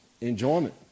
enjoyment